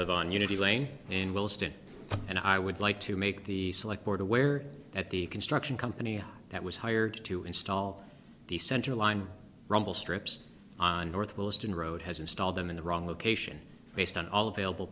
live on unity lane and will stand and i would like to make the select board aware that the construction company that was hired to install the centerline rumble strips on northwest and road has installed them in the wrong location based on all available